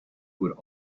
would